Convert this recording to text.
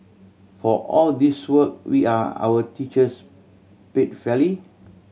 for all this work we are our teachers paid fairly